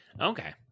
Okay